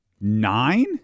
Nine